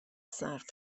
صرف